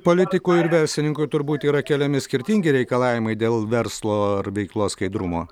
politikui ir verslininkui ir turbūt yra keliami skirtingi reikalavimai dėl verslo ar veiklos skaidrumo